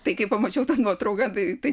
tai kai pamačiau tą nuotrauką tai tai